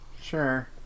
Sure